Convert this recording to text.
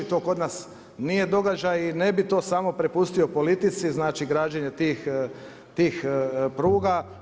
To kod nas nije događaj i ne bi to samo prepustio politici građenje tih pruga.